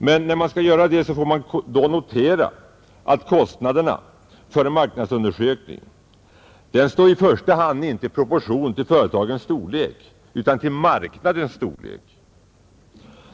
Men när man skall göra en sådan förändring får man notera att kostnaderna för en marknadsundersökning inte i första hand står i proportion till företagens storlek utan till marknadens storlek.